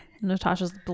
Natasha's